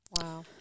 Wow